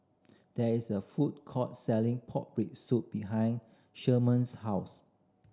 there is a food court selling pork rib soup behind Sherman's house